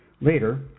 Later